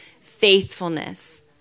faithfulness